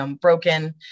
broken